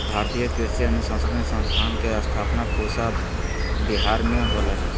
भारतीय कृषि अनुसंधान संस्थान के स्थापना पूसा विहार मे होलय हल